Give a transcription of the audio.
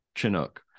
Chinook